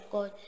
God